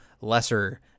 lesser